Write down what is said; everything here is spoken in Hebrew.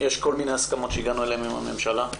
מיני הסכמות שהגענו אליהן עם הממשלה.